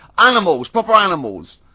animals! proper animals!